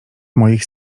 moich